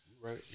right